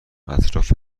اطراف